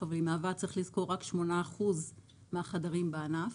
אבל היא מהווה רק 8% מן החדרים בענף.